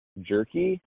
jerky